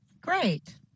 Great